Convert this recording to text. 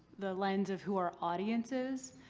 the lens of who our audience is,